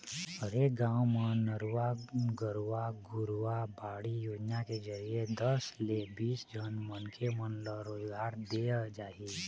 हरेक गाँव म नरूवा, गरूवा, घुरूवा, बाड़ी योजना के जरिए दस ले बीस झन मनखे मन ल रोजगार देय जाही